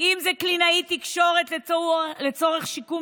אם זה קלינאית תקשורת לצורך שיקום